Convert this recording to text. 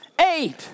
eight